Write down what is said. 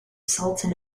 sultan